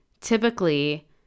typically